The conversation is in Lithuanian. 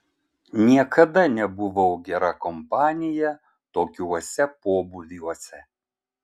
niekada nebuvau gera kompanija tokiuose pobūviuose